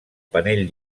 panell